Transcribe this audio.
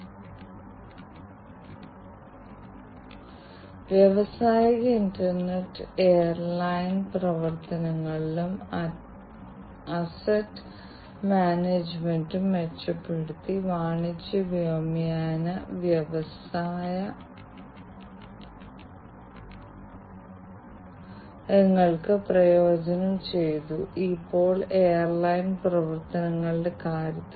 കഴിവുകളുടെ അഭാവമില്ലാതെ കേടുപാടുകൾ സിസ്റ്റത്തിൽ ഉൾപ്പെടുത്താനും വ്യത്യസ്ത ആക്രമണങ്ങൾ നടത്താനും മൊത്തത്തിലുള്ള സിസ്റ്റത്തിന് ദോഷം വരുത്താനും കഴിയുന്ന വ്യത്യസ്ത ആക്രമണകാരികളെ ആകർഷിക്കാനും ഇത് സാധ്യമാണ് അതുവഴി ഈ IIoT സാങ്കേതികവിദ്യ സ്വീകരിച്ച ബിസിനസിന് നഷ്ടം സംഭവിക്കാം